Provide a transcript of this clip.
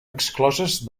excloses